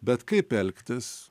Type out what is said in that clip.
bet kaip elgtis